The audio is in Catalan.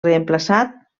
reemplaçats